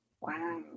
Wow